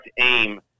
aim